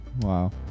Wow